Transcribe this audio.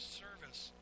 service